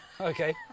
Okay